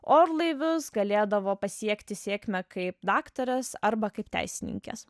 orlaivius galėdavo pasiekti sėkmę kaip daktarės arba kaip teisininkės